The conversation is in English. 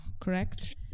correct